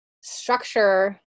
structure